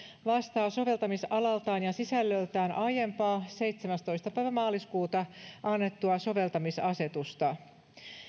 vastaa soveltamisalaltaan ja sisällöltään aiempaa seitsemästoista päivä maaliskuuta annettua soveltamisasetusta